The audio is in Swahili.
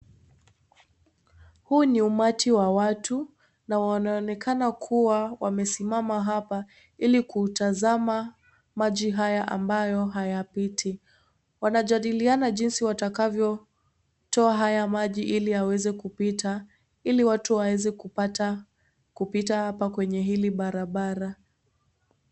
Huu ni umati wa watu na wanaonekana kuwa wamesimama hapa ilikuutazama maji haya ambayo hayapiti, wanajadiliana jinsi watakavyotoa haya maji iliyaweze kupita ili watu waweze kupata kupita hapa kwenye hili barabara.